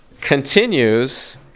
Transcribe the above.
continues